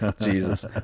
Jesus